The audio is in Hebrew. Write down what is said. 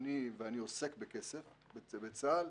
אני עוסק בכסף בצה"ל,